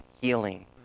healing